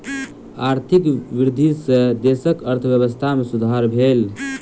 आर्थिक वृद्धि सॅ देशक अर्थव्यवस्था में सुधार भेल